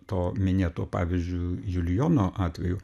to minėto pavyzdžiui julijono atveju